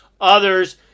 others